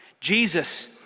Jesus